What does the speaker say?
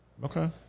Okay